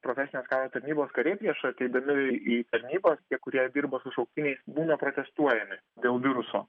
profesinės karo tarnybos kariai prieš ateidami į tarnybą tie kurie dirba su šauktiniais būna pratestuojami dėl viruso